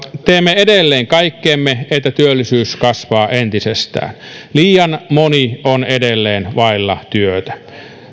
teemme edelleen kaikkemme että työllisyys kasvaa entisestään liian moni on edelleen vailla työtä